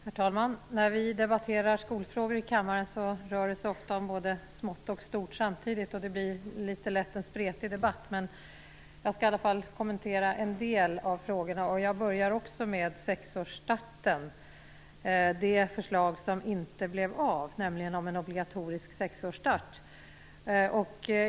Herr talman! När vi debatterar skolfrågor i kammaren rör det sig ofta om både stort och smått samtidigt, och det blir lätt en litet spretig debatt. Jag skall i alla fall kommentera en del av frågorna, och jag börjar också med sexårsstarten. Det handlar alltså om det förslag som inte blev av, förslaget om obligatorisk sexårsstart.